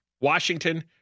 Washington